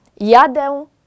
Jadę